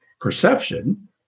perception